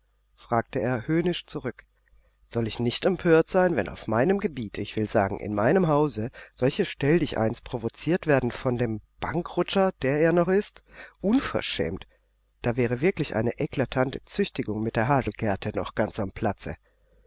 fragte er höhnisch zurück soll ich nicht empört sein wenn auf meinem gebiet ich will sagen in meinem hause solche stelldicheins provoziert werden von dem bankrutscher der er noch ist unverschämt da wäre wirklich eine eklatante züchtigung mit der haselgerte noch ganz am platze